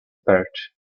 perch